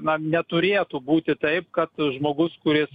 na neturėtų būti taip kad žmogus kuris